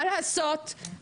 מה לעשות,